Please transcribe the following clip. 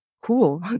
cool